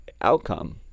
outcome